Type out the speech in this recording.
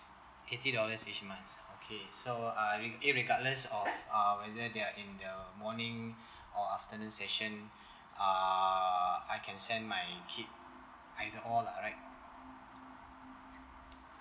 eighty dollars each months okay so uh re~ irregardless of uh whether there are in the morning or afternoon session uh I can send my kid either or lah right